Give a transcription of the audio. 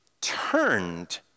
turned